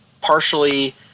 Partially